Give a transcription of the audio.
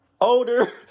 older